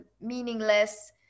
meaningless